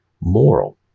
moral